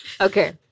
okay